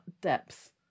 depth